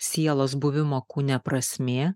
sielos buvimo kūne prasmė